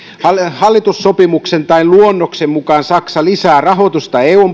hallitussopimuksen tai luonnoksen mukaan saksa lisää rahoitusta eun